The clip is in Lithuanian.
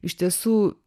iš tiesų